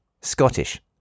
Scottish